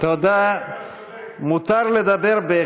זה שמכבד אותך,